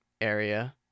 area